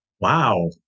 wow